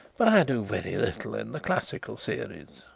but i do very little in the classical series.